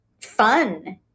fun